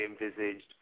envisaged